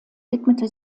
widmete